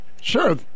Sure